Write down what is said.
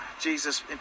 Jesus